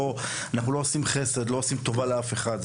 אנחנו לא עושים חסד ולא עושים טובה לאף אחד.